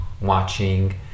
watching